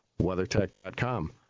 WeatherTech.com